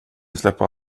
släppa